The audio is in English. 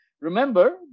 Remember